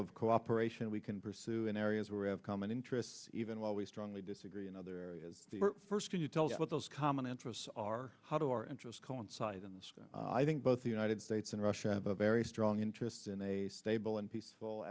of cooperation we can pursue in areas where we have common interests even while we strongly disagree in other areas first can you tell us what those common interests are how do our interests coincide and i think both the united states and russia have a very strong interest in a stable and peaceful